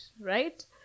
right